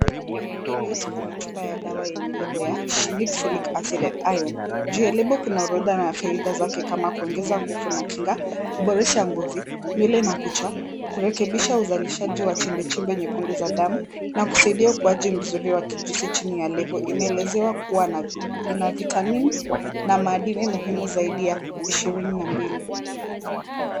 Mbele yetu kuna chupa ya dawa yenye lebo ya Shinid Folic acid ya Iron . Juu ya lebo kuna orodha na faida zake kama kuongeza nguvu na kinga, K kuboresha ngozi, nywele na kucha, Kurekebisha uzalishaji wa chembechembe nyekundu za damu na kusaidia ukuaji mzuri wa kijusi chini ya lebo ,imeelezewa kuwa na vitamini na madini zaidi muhimu 22.